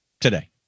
today